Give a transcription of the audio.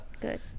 Good